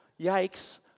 yikes